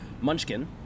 Munchkin